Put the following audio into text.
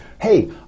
hey